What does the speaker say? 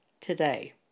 today